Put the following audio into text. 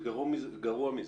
זה גרוע מזה.